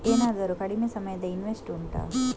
ಏನಾದರೂ ಕಡಿಮೆ ಸಮಯದ ಇನ್ವೆಸ್ಟ್ ಉಂಟಾ